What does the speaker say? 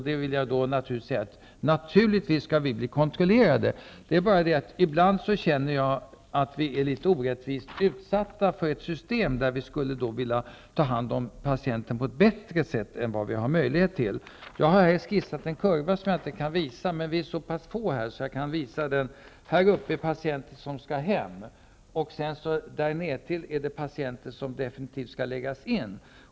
Jag vill med anledning av det säga att vi läkare naturligtvis skall kontrolleras, men att jag känner att vi ibland är litet orättvist utsatta i ett system där vi skulle vilja ta hand om patienten på ett bättre sätt än vad vi har möjlighet till. Jag har i min hand ett papper med en skiss av en kurva, vilket jag inte kan visa för kammaren men som de som är nära talarstolen kan se. På skissen anges dels ett antal patienter som skall skickas hem, dels ett antal patienter som definitivt skall läggas in.